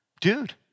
Dude